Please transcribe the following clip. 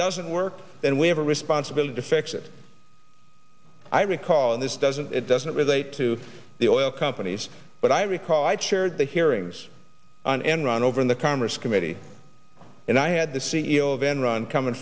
doesn't work then we have a responsibility to fix it i recall and this doesn't it doesn't relate to the oil companies but i recall i chaired the hearings on enron over in the commerce committee and i had the c e o of enron com